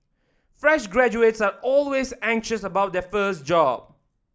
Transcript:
fresh graduates are always anxious about their first job